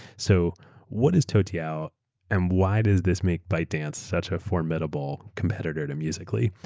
so what is toutiao and why does this make bytedance such a formidable competitor to musical. ly?